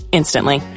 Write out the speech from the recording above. instantly